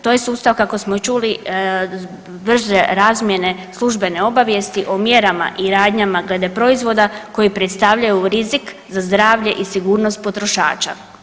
To je sustav kako smo i čuli brže razmjene službene obavijesti o mjerama i radnjama glede proizvoda koji predstavljaju rizik za zdravlje i rizik potrošača.